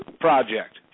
project